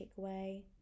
takeaway